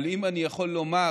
אבל אם אני יכול לומר,